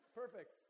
perfect